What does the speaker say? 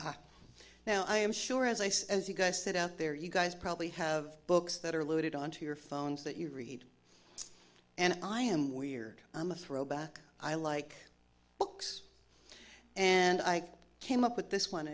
ah now i am sure as i say as you guys sit out there you guys probably have books that are loaded onto your phones that you read and i am weird i'm a throwback i like books and i came up with this one